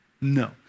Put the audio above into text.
No